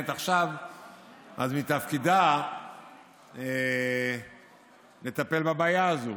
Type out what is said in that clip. אבל אם היא מכהנת עכשיו אז מתפקידה לטפל בבעיה הזו.